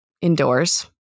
indoors